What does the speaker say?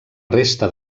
resta